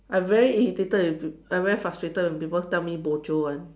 I very irritated be I very frustrated with people telling me bo jio [one]